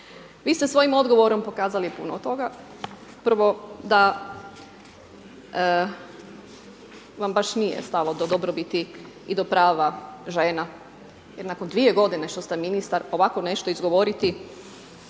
Vi ste svojim odgovorom pokazali puno toga, prvo da vam baš nije stalo do dobrobiti i do prava žena jer nakon dvije godine što ste ministar, ovako nešto izgovoriti,